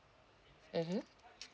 mmhmm